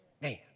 Man